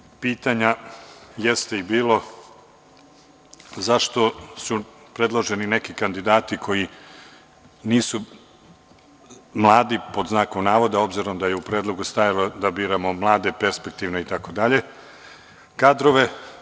Jedno od pitanja jeste bilo i zašto su predloženi neki kandidati koji nisu mladi, pod znakom navoda, obzirom da je u predlogu stajalo da biramo mlade, perspektivne, itd, kadrove.